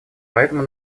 поэтому